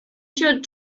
should